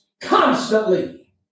constantly